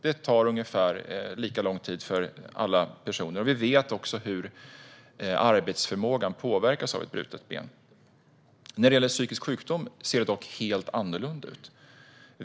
Det tar ungefär lika lång tid för alla personer. Vi vet också hur arbetsförmågan påverkas av ett brutet ben. När det gäller psykisk sjukdom ser det dock helt annorlunda ut.